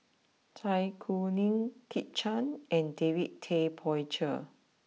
Zai Kuning Kit Chan and David Tay Poey Cher